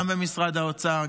גם במשרד האוצר,